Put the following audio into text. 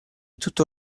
tutto